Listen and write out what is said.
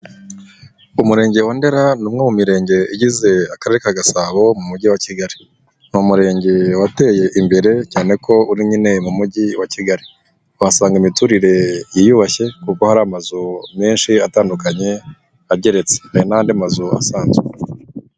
Umurenge wa Ndera ni umwe mu mirenge igize akarere ka Gasabo mu mujyi wa Kigali, ni umurenge wateye imbere cyane ko uri n mu mujyi wa Kigali wahasanga imiturire yiyubashye kuko hari amazu menshi atandukanye ageretse hari n'andi mazu asanzwe.